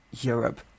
Europe